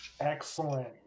Excellent